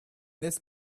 this